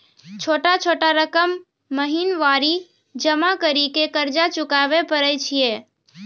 छोटा छोटा रकम महीनवारी जमा करि के कर्जा चुकाबै परए छियै?